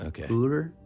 Okay